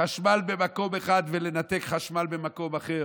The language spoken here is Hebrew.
חשמל במקום אחד ולנתק חשמל במקום אחר,